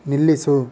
ನಿಲ್ಲಿಸು